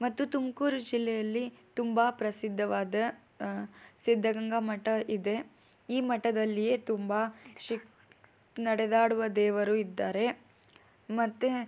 ಮತ್ತು ತುಮಕೂರು ಜಿಲ್ಲೆಯಲ್ಲಿ ತುಂಬ ಪ್ರಸಿದ್ಧವಾದ ಸಿದ್ಧಗಂಗಾ ಮಠ ಇದೆ ಈ ಮಠದಲ್ಲಿಯೇ ತುಂಬ ಶಿಕ್ ನಡೆದಾಡುವ ದೇವರು ಇದ್ದಾರೆ ಮತ್ತು